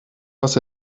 was